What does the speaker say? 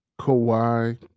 Kawhi